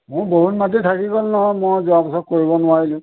মোৰ বহুত মাটি থাকি গ'ল নহয় মই যোৱাবছৰ কৰিব নোৱাৰিলোঁ